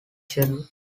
genre